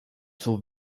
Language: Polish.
słów